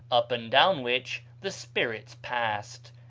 up and down which the spirits passed.